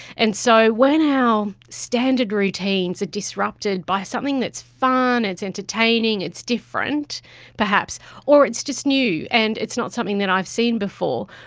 and so when our standard routines are disrupted by something that's fun, it's entertaining, it's different perhaps or it's just new and it's not something that i've seen before,